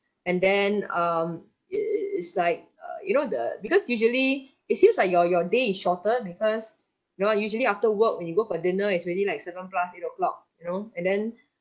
and then um it it it's like uh you know the because usually it seems like your your day is shorter because you know usually after work when you go for dinner is already like seven plus eight o'clock you know and then